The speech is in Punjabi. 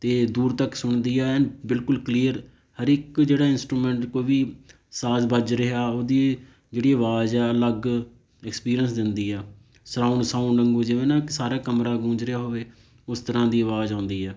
ਅਤੇ ਦੂਰ ਤੱਕ ਸੁਣਦੀ ਆ ਐਂਨ ਬਿਲਕੁਲ ਕਲੀਅਰ ਹਰ ਇੱਕ ਜਿਹੜਾ ਇੰਸਟਰੂਮੈਂਟ ਕੋਈ ਵੀ ਸਾਜ ਵੱਜ ਰਿਹਾ ਉਹਦੀ ਜਿਹੜੀ ਆਵਾਜ਼ ਆ ਅਲੱਗ ਐਕਸਪੀਰੀਐਂਸ ਦਿੰਦੀ ਆ ਸਾਊਂਡ ਸਾਊਂਡ ਵਾਂਗੂੰ ਜਿਵੇਂ ਨਾ ਸਾਰਾ ਕਮਰਾ ਗੂੰਜ ਰਿਹਾ ਹੋਵੇ ਉਸ ਤਰ੍ਹਾਂ ਦੀ ਆਵਾਜ਼ ਆਉਂਦੀ ਆ